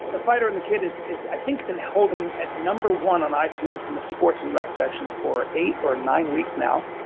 the fighter and the kid has i think been holding at number one on itunes in the sports and rec section for eight or nine weeks now.